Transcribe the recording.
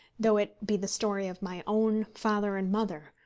though it be the story of my own father and mother,